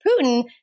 Putin